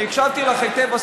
אני הקשבתי לך היטב,